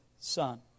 son